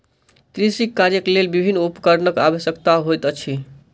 कृषि कार्यक लेल विभिन्न उपकरणक आवश्यकता होइत अछि